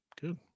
good